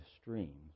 stream